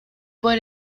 por